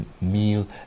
meal